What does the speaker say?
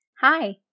Hi